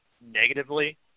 negatively